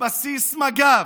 מבסיס מג"ב.